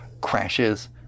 crashes